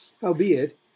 howbeit